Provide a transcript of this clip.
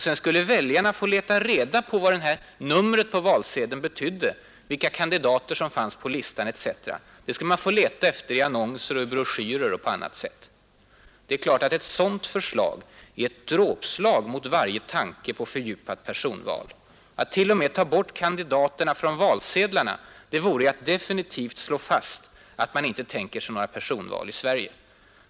Sedan skulle väljarna få leta reda på vad nummret på valsedeln betydde, vilka kandidater som fanns på listan etc. Det skulle man få leta efter i annonser, broschyrer och på annat sätt. Ett sådant förslag är naturligtvis ett dråpslag mot varje tanke på fördjupat personval. Att t.o.m. ta bort kandidaternas namn från valsedlarna vore att definitivt slå fast att man inte tänker sig några personval i Sverige.